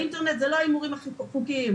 באינטרנט זה לא ההימורים החוקיים,